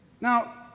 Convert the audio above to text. Now